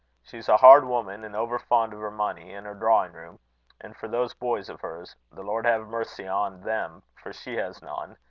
she's a hard woman, and over fond of her money and her drawing-room and for those boys of hers the lord have mercy on them, for she has none!